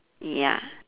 ya